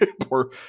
poor